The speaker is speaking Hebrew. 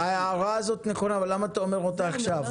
ההערה הזאת נכונה אבל למה אתה אומר אותה עכשיו?